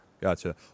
Gotcha